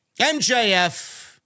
MJF